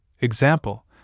example